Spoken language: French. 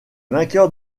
vainqueur